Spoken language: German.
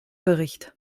bericht